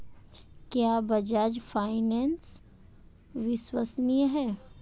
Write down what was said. क्या बजाज फाइनेंस विश्वसनीय है?